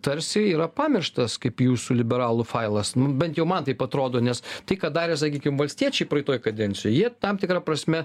tarsi yra pamirštas kaip jūsų liberalų failas bent jau man taip atrodo nes tai ką darė sakykim valstiečiai praeitoj kadencijoj jie tam tikra prasme